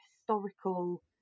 historical